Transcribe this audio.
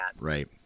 right